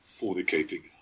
fornicating